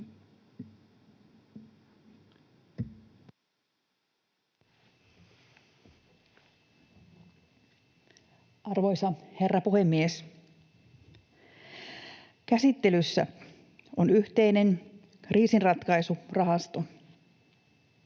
Arvoisa herra puhemies! Käsittelyssä on yhteinen kriisinratkaisurahasto.